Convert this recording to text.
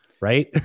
right